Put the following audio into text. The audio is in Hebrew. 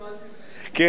ואז אתה תראה,